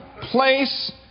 place